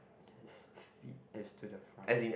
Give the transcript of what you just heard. his feet is to the front